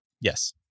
Yes